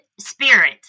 spirit